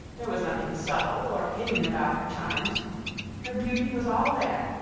there was nothing subtle or hidden about her charms her beauty was all there,